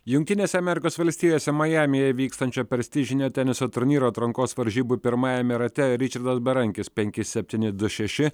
jungtinėse amerikos valstijose majamyje vykstančio prestižinio teniso turnyro atrankos varžybų pirmajame rate ričardas berankis penki septyni du šeši